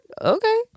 Okay